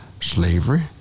slavery